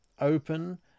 open